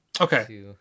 okay